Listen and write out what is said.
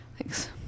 Thanks